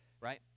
right